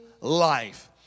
life